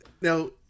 now